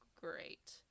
great